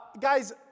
guys